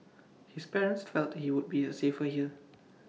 his parents felt he would be safer here